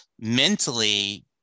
mentally